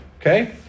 okay